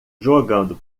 jogando